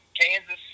kansas